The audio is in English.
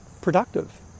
productive